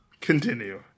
Continue